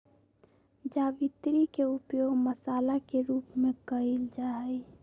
जावित्री के उपयोग मसाला के रूप में कइल जाहई